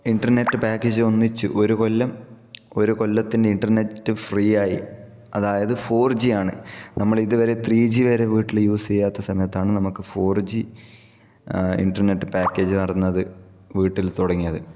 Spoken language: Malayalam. ഇന്റർനെറ്റ് പാക്കേജ് ഒന്നിച്ചു ഒരു കൊല്ലം ഒരു കൊല്ലത്തെ ഇന്റർനെറ്റ് ഫ്രീ ആയി അതായത് ഫോർ ജിയാണ് നമ്മൾ ഇതുവരെ ത്രീ ജിവരെ വീട്ടില് യൂസ് ചെയ്യാത്ത സമയത്താണ് നമുക്ക് ഫോർ ജി ഇന്റർനെറ്റ് പാക്കേജ് വരുന്നത് വീട്ടിൽ തുടങ്ങിയത്